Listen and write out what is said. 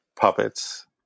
puppets